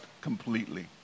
completely